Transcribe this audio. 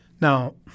now